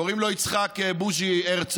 קוראים לו יצחק בוז'י הרצוג,